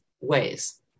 ways